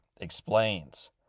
explains